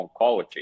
oncology